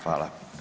Hvala.